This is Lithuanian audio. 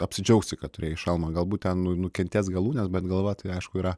apsidžiaugsi kad turėjai šalmą galbūt ten nukentės galūnės bet galva tai aišku yra